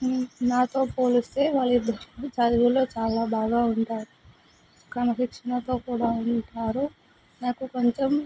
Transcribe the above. నాతో పోలిస్తే వాళ్ళిద్దరూ చదువులో చాలా బాగా ఉంటారు క్రమశిక్షణతో కూడా ఉంటారు నాకు కొంచెం